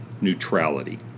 neutrality